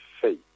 faith